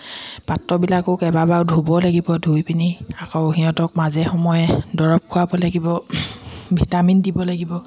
পাত্ৰবিলাকো কেইবাবাৰো ধুব লাগিব ধুই পিনি আকৌ সিহঁতক মাজে সময়ে দৰৱ খুৱাব লাগিব ভিটামিন দিব লাগিব